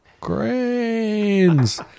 grains